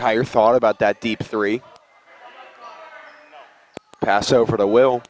higher thought about that deep three pass over the will